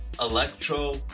electro